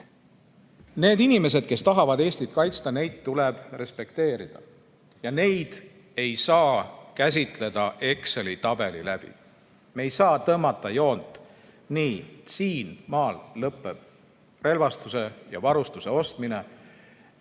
Need inimesed, kes tahavad Eestit kaitsta – neid tuleb respekteerida. Ja neid ei saa käsitleda Exceli tabeli abil. Me ei saa tõmmata joont: nii, siinmaal lõpeb relvastuse ja varustuse ostmine ja